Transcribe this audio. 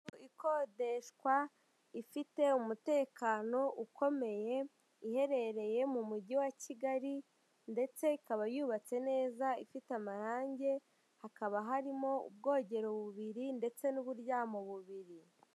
Inzu ikodeshwa ifite umutekano ukomeye, iherereye mu mujyi wa Kigali ndetse ikaba yubatse neza ifite amarange hakaba harimo ubwogero bubiri ndetse n'uburyamo bubiri.